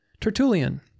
Tertullian